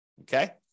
okay